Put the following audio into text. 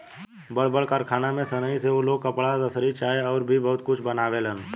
बड़ बड़ कारखाना में सनइ से उ लोग कपड़ा, रसरी चाहे अउर भी बहुते कुछ बनावेलन